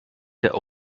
der